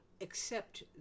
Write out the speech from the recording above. accept